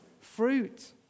fruit